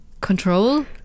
control